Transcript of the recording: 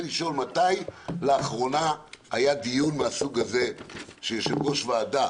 לשאול מתי לאחרונה היה דיון מהסוג הזה שיושב-ראש ועדה